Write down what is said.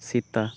ᱥᱮᱛᱟ